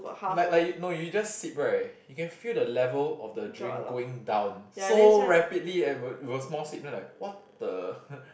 like like you no you just sip right you can feel the level of the drink going down so rapidly and it was it was more sip then I'm like what the